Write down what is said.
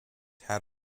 had